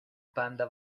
banda